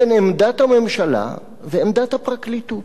בין עמדת הממשלה לעמדת הפרקליטות.